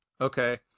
Okay